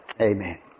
Amen